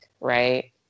right